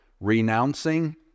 renouncing